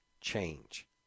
change